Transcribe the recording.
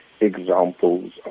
examples